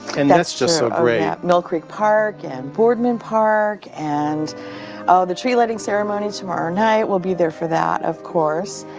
and that's just so great. yeah mill creek park and boardman park, and ah the tree lighting ceremony tomorrow night, we'll be there for that, of course.